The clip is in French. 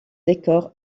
décor